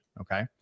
okay